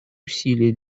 усилия